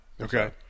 Okay